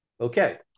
Okay